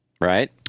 right